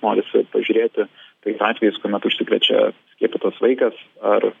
norisi pažiūrėti tais atvejais kuomet užsikrečia skiepytas vaikas ar